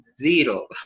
zero